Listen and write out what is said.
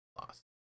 lost